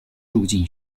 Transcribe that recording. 入境